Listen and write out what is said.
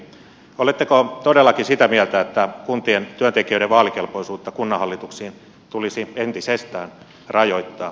oletteko todellakin sitä mieltä että kuntien työntekijöiden vaalikelpoisuutta kunnanhallituksiin tulisi entisestään rajoittaa